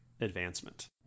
advancement